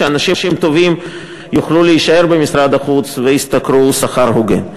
שאנשים טובים יוכלו להישאר במשרד החוץ וישתכרו שכר הוגן.